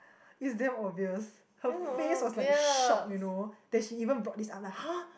it's damn obvious her face was like shock you know that she even brought this up like har